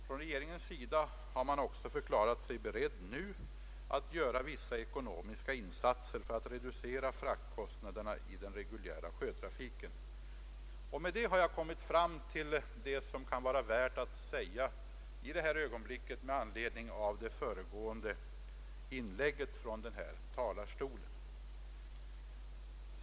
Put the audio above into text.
Från regeringens sida har man också förklarat sig beredd att nu göra vissa ekonomiska insatser för att reducera fraktkostnaderna till den reguljära sjötrafiken. Därmed har jag kommit fram till vad som kan vara värt att säga i detta ögonblick med anledning av det föregående inlägget från denna talarstol.